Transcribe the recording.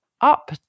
up